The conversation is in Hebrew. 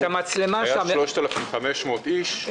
כ-3,500 איש,